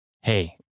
Hey